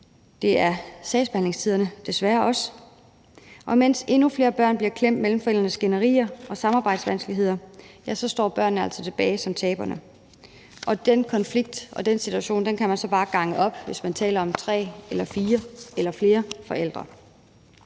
det er sagsbehandlingstiderne desværre også, og mens endnu flere børn bliver klemt mellem forældrenes skænderier og samarbejdsvanskeligheder, ja, så står børnene altså tilbage som taberne. Den konflikt og den situation kan man så bare gange op, hvis man taler om tre eller fire eller flere forældre.